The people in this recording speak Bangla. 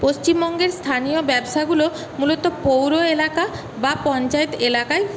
পশ্চিমবঙ্গের স্থানীয় ব্যবসাগুলো মূলত পৌর এলাকা বা পঞ্চায়েত এলাকায়